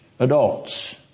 Adults